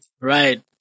Right